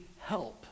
help